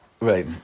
Right